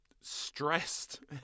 stressed